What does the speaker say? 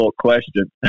question